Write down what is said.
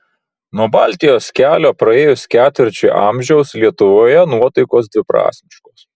nuo baltijos kelio praėjus ketvirčiui amžiaus lietuvoje nuotaikos dviprasmiškos